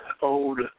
old